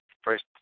first